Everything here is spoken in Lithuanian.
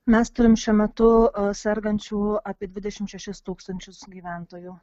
mes turim šiuo metu sergančių apie dvidešim šešis tūkstančius gyventojų